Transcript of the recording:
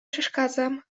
przeszkadzam